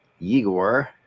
Igor